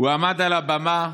הוא עמד על הבמה,